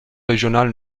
régional